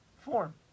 form